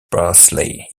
parsley